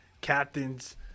captain's